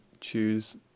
choose